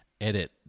edit